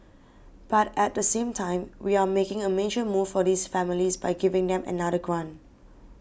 but at the same time we are making a major move for these families by giving them another grant